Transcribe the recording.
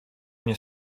nie